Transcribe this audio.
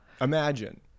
imagine